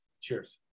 Cheers